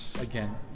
Again